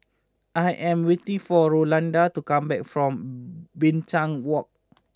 I am waiting for Rolanda to come back from Binchang Walk